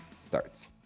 starts